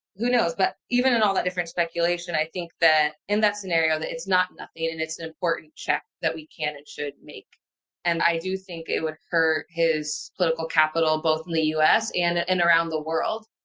who knows? but even in all that different speculation, i think that in that scenario that it's not nothing and it's an important check that we can and should make and i do think it would hurt his political capital both in the us and around the world.